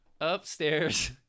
Upstairs